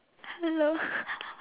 hello